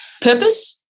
Purpose